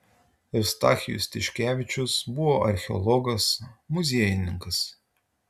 eustachijus tiškevičius buvo archeologas muziejininkas